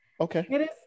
Okay